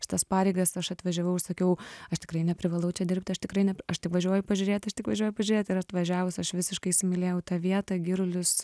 šitas pareigas aš atvažiavau ir sakiau aš tikrai neprivalau čia dirbti aš tikrai nep aš tik važiuoju pažiūrėt aš tik važiuoju pažiūrėt ir atvažiavus aš visiškai įsimylėjau tą vietą girulius